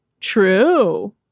True